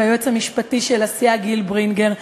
והיועץ המשפטי של הסיעה גיל ברינגר,